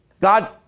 God